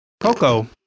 coco